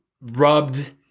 rubbed